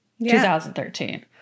2013